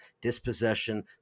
dispossession